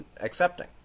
accepting